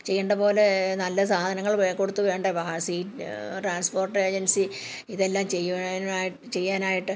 ചെയ്യേണ്ട പോലെ നല്ല സാധനങ്ങൾ കൊടുത്തു വേണ്ടേ വാഹനം സീറ്റ് ട്രാൻസ്പോർട്ട് ഏജൻസി ഇതെല്ലാം ചെയ്യുവാനായിട്ട് ചെയ്യാനായിട്ട്